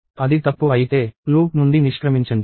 అది తప్పు అయితే లూప్ నుండి నిష్క్రమించండి